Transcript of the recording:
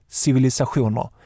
civilisationer